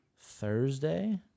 Thursday